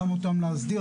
גם אותם להסדיר.